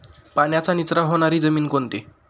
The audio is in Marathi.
पाण्याचा निचरा होणारी जमीन कोणती?